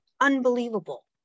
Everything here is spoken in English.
unbelievable